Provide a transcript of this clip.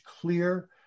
clear